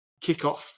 kickoff